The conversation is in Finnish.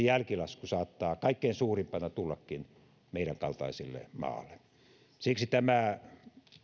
jälkilasku saattaa kaikkein suurimpana tullakin meidän kaltaiselle maalle siksi tämä